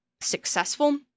successful